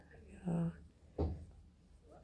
ya